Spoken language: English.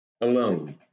alone